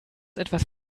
etwas